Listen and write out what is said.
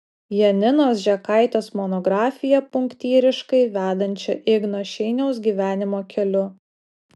janinos žekaitės monografiją punktyriškai vedančią igno šeiniaus gyvenimo keliu